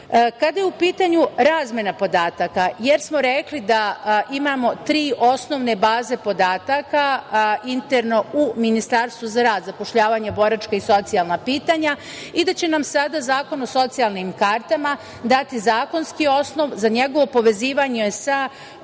je u pitanju razmena podataka, jer smo rekli da imamo tri osnovne baze podataka, interno u Ministarstvu za rad, zapošljavanje, boračka i socijalna pitanja i da će nam sada Zakon o socijalnim kartama dati zakonski osnov za njegovo povezivanje sa